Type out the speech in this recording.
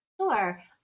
Sure